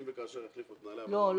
אם וכאשר יחליפו את מנהלי הוועדות --- לא.